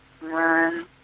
run